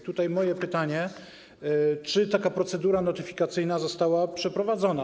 Stawiam pytanie, czy taka procedura notyfikacyjna została przeprowadzona.